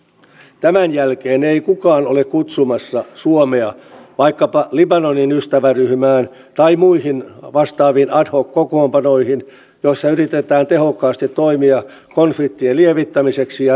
tämän jälkeen ei kukaan ole kutsumassa suomea vaikkapa libanon ystäväryhmään tai muihin vastaaviin ad hoc kokoonpanoihin joissa yritetään tehokkaasti toimia konfliktien lievittämiseksi ja ratkaisemiseksi